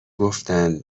گفتن